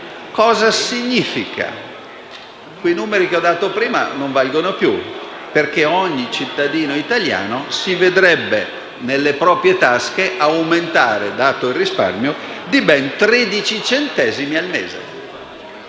Questo significa che i numeri che ho dato prima non valgono più, perché ogni cittadino italiano si vedrebbe nelle proprie tasche, dato il risparmio, un aumento di ben 13 centesimi a testa.